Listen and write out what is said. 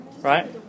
Right